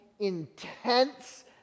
intense